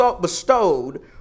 bestowed